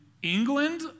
England